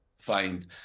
find